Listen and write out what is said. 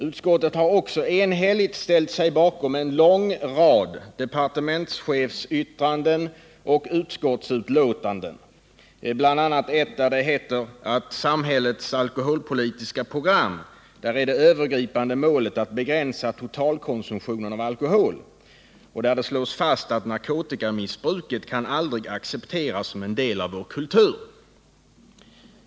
Utskottet har också enhälligt ställt sig bakom en lång rad departementschefsyttranden och utskottsbetänkanden, bl.a. ett där det heter att för samhällets alkoholpolitiska program är det övergripande målet att begränsa totalkonsumtionen av alkohol och där det slås fast att narkotikamissbruket aldrig kan accepteras som en del av vår kultur.